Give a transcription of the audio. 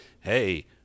Hey